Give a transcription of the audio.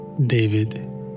David